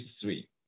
three